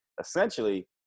essentially